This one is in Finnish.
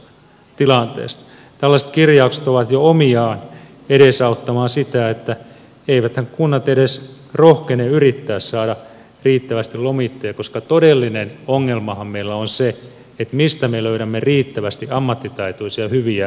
tällaiset kirjaukset ovat jo omiaan edesauttamaan sitä että eiväthän kunnat edes rohkene yrittää saada riittävästi lomittajia koska todellinen ongelmahan meillä on se mistä me löydämme riittävästi ammattitaitoisia hyviä lomittajia